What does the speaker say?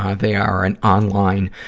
ah they are an online,